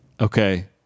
Okay